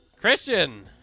Christian